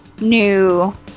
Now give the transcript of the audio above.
new